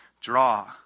draw